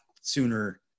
sooner